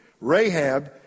Rahab